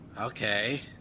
okay